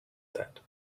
that